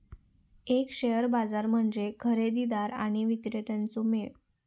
एक शेअर बाजार म्हणजे खरेदीदार आणि विक्रेत्यांचो मेळ